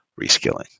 reskilling